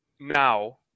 now